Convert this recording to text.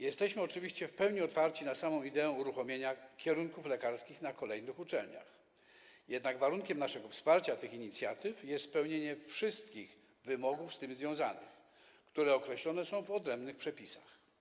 Jesteśmy oczywiście w pełni otwarci na samą ideę uruchomienia kierunków lekarskich na kolejnych uczelniach, jednak warunkiem naszego wsparcia tych inicjatyw jest spełnienie wszystkich wymogów z tym związanych, które są określone w odrębnych przepisach.